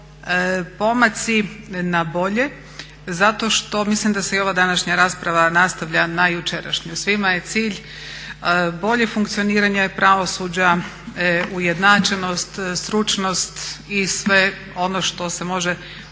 pomaci na bolje zato što mislim da se i ova današnja rasprava nastavlja na jučerašnju. Svima je cilj bolje funkcioniranje pravosuđa, ujednačenost, stručnost i sve ono što se može sažeti